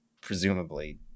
presumably